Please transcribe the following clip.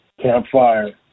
campfire